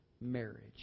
marriage